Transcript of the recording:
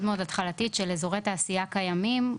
מאוד התחלתית של אזורי תעשייה קיימים.